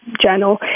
journal